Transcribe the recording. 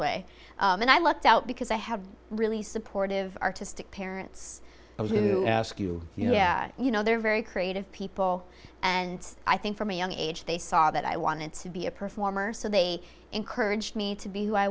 way and i lucked out because i have really supportive artistic parents ask you yeah you know they're very creative people and i think from a young age they saw that i wanted to be a performer so they encouraged me to be who i